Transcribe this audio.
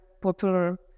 popular